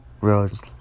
roads